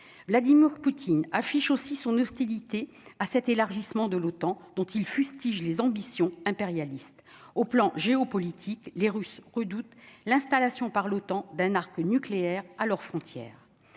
Vladimir Poutine affiche aussi son hostilité à cet élargissement de l'OTAN, dont il fustige les ambitions impérialistes au plan géopolitique, les Russes redoutent l'installation par l'OTAN d'un arc nucléaire à leurs frontières